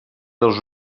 dels